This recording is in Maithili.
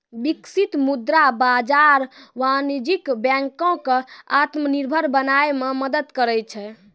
बिकसित मुद्रा बाजार वाणिज्यक बैंको क आत्मनिर्भर बनाय म मदद करै छै